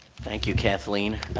thank you, kathleen.